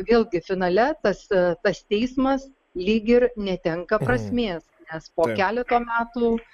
vėlgi finale tas tas teismas lyg ir netenka prasmės nes po keleto metų